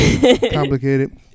Complicated